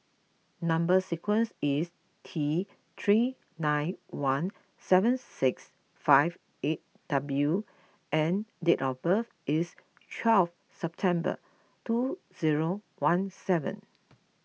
Number Sequence is T three nine one seven six five eight W and date of birth is twelve September two zero one seven